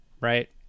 right